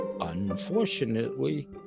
unfortunately